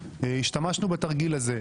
השתמשנו בתרגיל הזה.